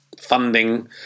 funding